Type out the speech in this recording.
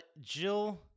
Jill